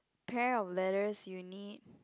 pair of letters you need